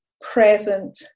present